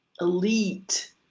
elite